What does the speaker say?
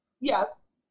Yes